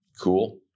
Cool